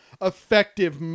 effective